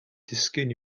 disgyn